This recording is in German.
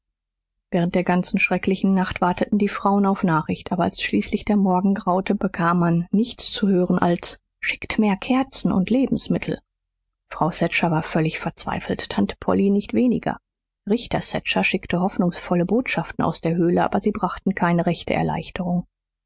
während der ganzen schrecklichen nacht warteten die frauen auf nachricht aber als schließlich der morgen graute bekam man nichts zu hören als schickt mehr kerzen und lebensmittel frau thatcher war völlig verzweifelt tante polly nicht weniger richter thatcher schickte hoffnungsvolle botschaften aus der höhle aber sie brachten keine rechte erleichterung